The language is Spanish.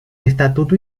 estatuto